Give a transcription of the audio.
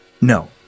No